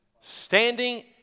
standing